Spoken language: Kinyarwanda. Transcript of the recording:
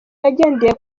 agendeye